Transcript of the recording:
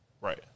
Right